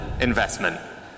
investment